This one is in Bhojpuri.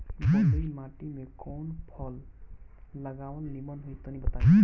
बलुई माटी में कउन फल लगावल निमन होई तनि बताई?